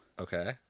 Okay